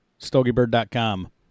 StogieBird.com